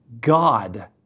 god